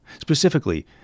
Specifically